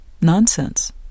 nonsense